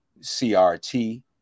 CRT